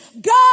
God